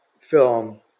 film